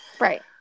right